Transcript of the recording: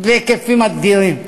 בהיקפים אדירים.